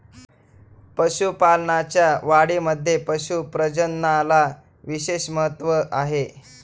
पशुपालनाच्या वाढीमध्ये पशु प्रजननाला विशेष महत्त्व आहे